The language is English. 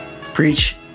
Preach